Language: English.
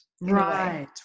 Right